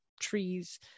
trees